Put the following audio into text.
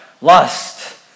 lust